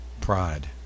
Pride